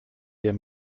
der